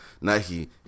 Nike